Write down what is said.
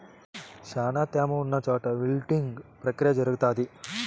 శ్యానా త్యామ ఉన్న చోట విల్టింగ్ ప్రక్రియ జరుగుతాది